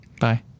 Bye